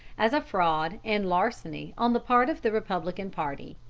as a fraud and larceny on the part of the republican party.